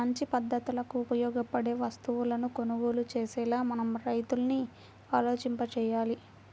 మంచి పద్ధతులకు ఉపయోగపడే వస్తువులను కొనుగోలు చేసేలా మన రైతుల్ని ఆలోచింపచెయ్యాలి